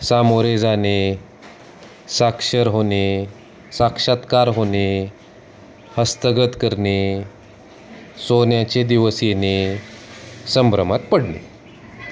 सामोरे जाणे साक्षर होणे साक्षात्कार होणे हस्तगत करणे सोन्याचे दिवस येणे संभ्रमात पडणे